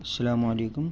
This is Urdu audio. السلام علیکم